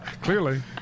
clearly